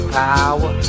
power